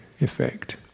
effect